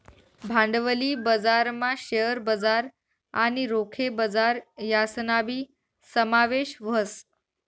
भांडवली बजारमा शेअर बजार आणि रोखे बजार यासनाबी समावेश व्हस